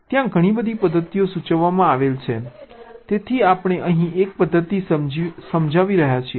ત્યાં ઘણી બધી પદ્ધતિઓ સૂચવવામાં આવી છે તેથી આપણે અહીં એક પદ્ધતિ સમજાવી રહ્યા છીએ